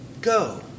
Go